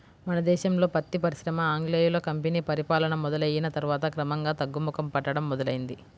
మన దేశంలో పత్తి పరిశ్రమ ఆంగ్లేయుల కంపెనీ పరిపాలన మొదలయ్యిన తర్వాత క్రమంగా తగ్గుముఖం పట్టడం మొదలైంది